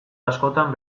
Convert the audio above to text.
askotan